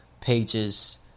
pages